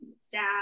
staff